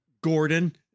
Gordon